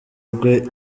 rwe